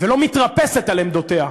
ולא מתרפסת על עמדותיה,